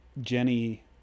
Jenny